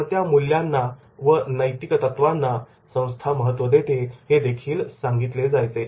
कोणत्या मुल्याना व नैतिक तत्वांना संस्था महत्त्व देते हे देखील सांगितले जायचे